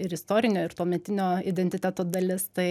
ir istorinio ir tuometinio identiteto dalis tai